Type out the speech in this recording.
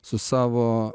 su savo